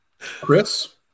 Chris